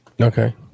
Okay